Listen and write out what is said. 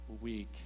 week